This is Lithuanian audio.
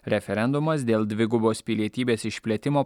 referendumas dėl dvigubos pilietybės išplėtimo